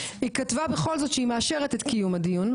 היא כתבה בכל זאת שהיא מאשרת את קיום הדיון,